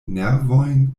nervojn